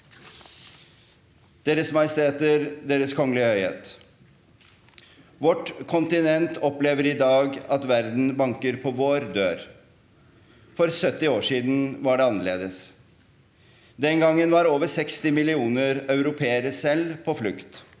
Deres Majesteter, Deres Kongelige Høyhet. – Vårt kontinent opplever i dag at verden banker på vår dør. For 70 år siden var det annerledes. Den gangen var over 60 millioner europeere selv på flukt.